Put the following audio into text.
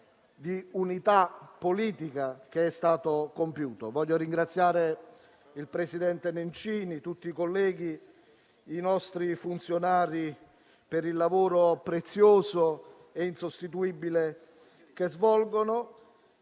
di unità politica che è stato compiuto. Desidero ringraziare anche il presidente Nencini e tutti i colleghi, nonché i nostri funzionari per il lavoro prezioso e insostituibile che svolgono.